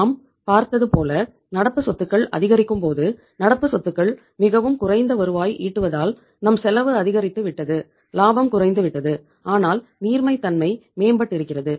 நாம் பார்த்தது போல நடப்பு சொத்துக்கள் அதிகரிக்கும் பொது நடப்பு சொத்துக்கள் மிகவும் குறைந்த வருவாய் ஈட்டுவதால் நம் செலவு அதிகரித்து விட்டது லாபம் குறைந்து விட்டது ஆனால் நீர்மைத்தன்மை மேம்பட்டிருக்கிறது